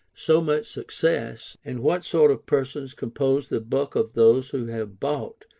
so much success, and what sort of persons compose the bulk of those who have bought,